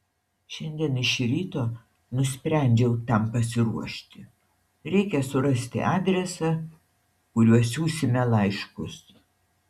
šiandien iš ryto nusprendžiau tam pasiruošti reikia surasti adresą kuriuo siųsime laiškus